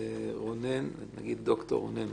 דוקטור רונן,